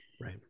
right